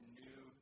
new